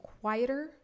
quieter